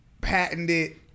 patented